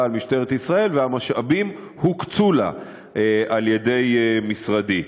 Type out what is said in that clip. של משטרת ישראל והמשאבים הוקצו לה על-ידי משרדי.